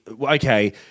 okay